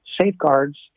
safeguards